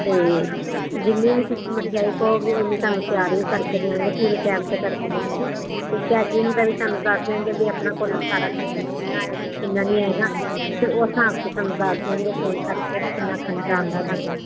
ਤੇ ਜਿੰਨੀ ਵੀ ਤੁਸੀਂ ਮਠਿਆਈ ਕਹੋਗੇ ਉਨੀ ਤੁਹਾਨੂੰ ਤਿਆਰ ਵੀ ਕਰਕੇ ਦਿਆਂਗੇ ਪੂਰੇ ਟਾਈਮ ਤੇ ਕਰਕੇ ਦਿਆਂਗੇ ਤੇ ਕੈਟਰਿੰਗ ਦਾ ਵੀ ਤੁਹਾਨੂੰ ਦੱਸ ਦਿਆਂਗੇ ਵੀ ਆਪਣਾ ਕੁੱਲ ਸਾਰਾ ਖਰਚਾ ਕਿੰਨਾ ਆਏਗਾ ਕਿੰਨਾ ਨਹੀਂ ਆਏਗਾ ਤੇ ਉਸ ਹਿਸਾਬ ਤੇ ਤੁਹਾਨੂੰ ਦੱਸ ਦਿਆਂਗੇ ਫੋਨ ਕਰਕੇ ਵੀ ਕਿੰਨਾ ਖਰਚਾ ਆਉਂਦਾ ਸਾਡਾ